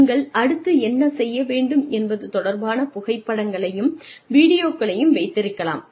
நீங்கள் அடுத்து என்ன செய்ய வேண்டும் என்பது தொடர்பான புகைப்படங்களையும் வீடியோக்களையும் வைத்திருக்கலாம்